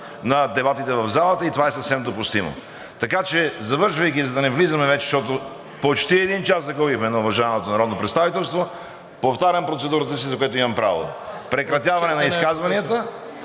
на дебатите в залата и това е съвсем допустимо. Завършвайки, за да не влизаме вече, защото почти един час загубихме на уважаемото народно представителство, повтарям процедурата си, за което имам право – прекратяване на изказванията